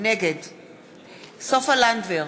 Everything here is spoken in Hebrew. נגד סופה לנדבר,